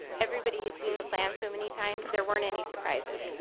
everybody has seen the plan so many times, there weren't any surprises.